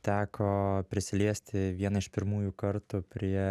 teko prisiliesti vieną iš pirmųjų kartų prie